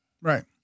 Right